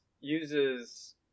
uses